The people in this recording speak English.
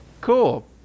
Cool